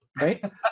Right